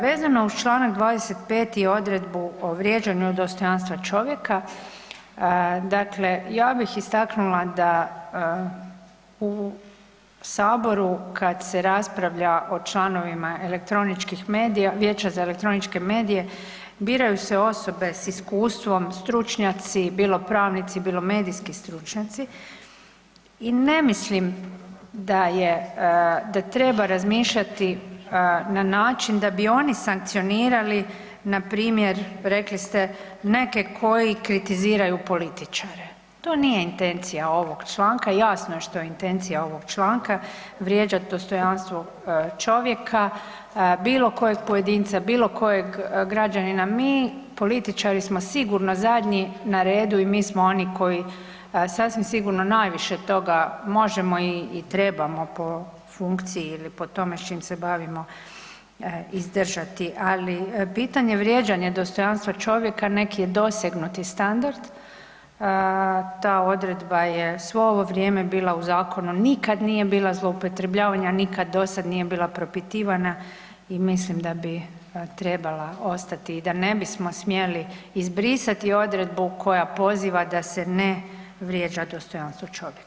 Vezano uz čl. 25. i odredbu o vrijeđanju dostojanstva čovjeka, dakle ja bih istaknula da u Saboru kad se raspravlja o članovima Vijeća za elektroničke medije, biraju se osobe s iskustvom, stručnjaci, bilo pravnici, bilo medijski stručnjaci i ne mislim da je, da treba razmišljati na način da bi oni sankcionirali, npr. rekli ste, neke koji kritiziraju političare, to nije intencija ovog članka, jasno je što je intencija ovog članka, vrijeđati dostojanstvo čovjeka, bilo kojeg pojedinca, bilo kojeg građanina, mi političari smo sigurno zadnji na redu i mi smo oni koji sasvim sigurno najviše toga možemo i trebamo po funkciji ili po tome s čime se bavimo, izdržati, ali pitanje vrijeđanja dostojanstva čovjeka neki je dosegnuti standard, ta odredba je svo ovo vrijeme bila u zakonu, nikad nije bila zloupotrebljavana, nikad dosad nije bila propitivana i mislim da bi trebala ostati i da ne bismo smjeli izbrisati odredbu koja poziva da se ne vrijeđa dostojanstvo čovjeka.